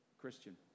Christian